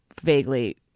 vaguely